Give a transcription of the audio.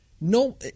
No